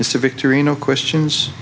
it's a victory no questions